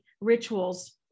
rituals